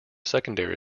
secondary